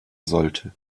sollte